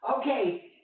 Okay